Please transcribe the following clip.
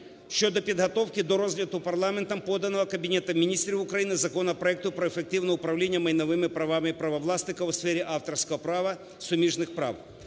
щодо підготовки до розгляду парламентом, поданого Кабінетом Міністрів, законопроекту про ефективне управління майновими правами і права власника у сфері авторського права, суміжних прав.